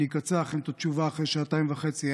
אקצר לכם את התשובה: אחרי שעתיים וחצי,